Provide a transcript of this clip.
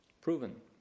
Proven